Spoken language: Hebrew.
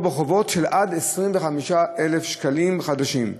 בו חובות של עד 25,000 שקלים חדשים.